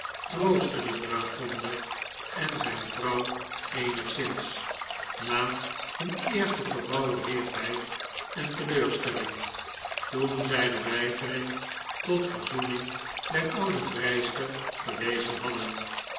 troostte den dragonder en zijn vrouw eenigszins na hun eerste verbouwereerdheid en teleurstelling toen zij de weigering tot verzoening der oude vrijster gelezen hadden